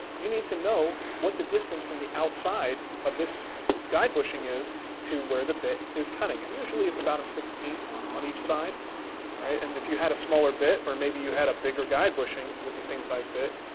you need to know what the distance from the outside of this guide bushing is to where the bit is cutting and usually it's about one sixteen on each side, all right? and if you had a smaller bit or maybe you had a bigger guide bushing with the same size bit,